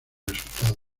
resultados